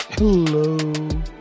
hello